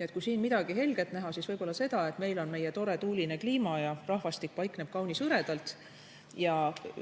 Eesti. Kui siin midagi helget näha, siis võib-olla seda, et meil on meie tore tuuline kliima ja rahvastik paikneb kaunis hõredalt.